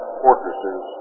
fortresses